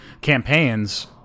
campaigns